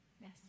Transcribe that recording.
yes